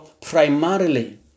Primarily